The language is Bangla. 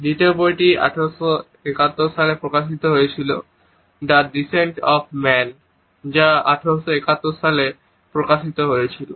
দ্বিতীয় বইটি 1871 সালে প্রকাশিত হয়েছিল দ্য ডিসেন্ট অফ ম্যান যা 1871 সালে প্রকাশিত হয়েছিল